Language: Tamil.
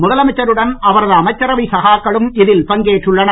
முதலமைச்சருடன் அவரது அமைச்சரவை சகாக்களும் இதில் பங்கேற்றுள்ளனர்